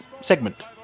segment